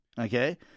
Okay